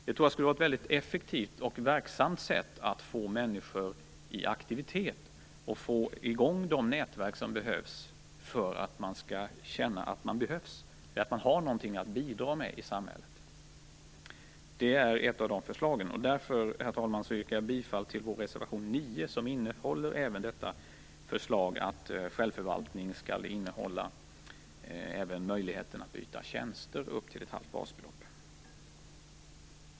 Det tror jag skulle vara ett mycket effektivt och verksamt sätt att få människor i aktivitet. Det skulle vara ett sätt att få igång de nätverk som krävs för att man skall känna att man behövs och att man har någonting att bidra med i samhället. Det är ett av de förslagen. Därför, herr talman, yrkar jag bifall till vår reservation 9, som även innehåller förslag om att självförvaltning också skall innebära möjlighet att byta tjänster upp till ett halvt basbelopp.